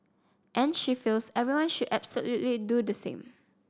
and she feels everyone should absolutely do the same